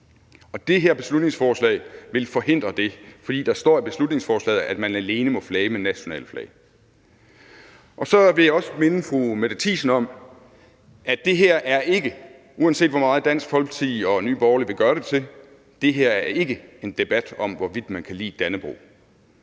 Det her beslutningsforslag vil forhindre det, fordi der står i beslutningsforslaget, at man alene må flage med nationalflag. Så vil jeg også minde fru Mette Thiesen om, at det her ikke, uanset hvor meget Dansk Folkeparti og Nye Borgerlige vil gøre det til, er en debat om, hvorvidt man kan lide Dannebrog.